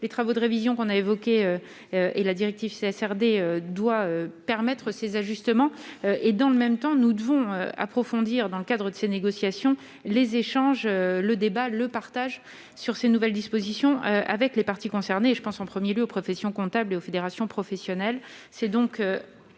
les travaux de révision qu'on a évoqué et la directive s'est SRD doit permettre ces ajustements et dans le même temps, nous devons approfondir dans le cadre de ces négociations, les échanges, le débat le partage sur ces nouvelles dispositions avec les parties concernées, je pense en 1er lieu aux professions comptables aux fédérations professionnelles,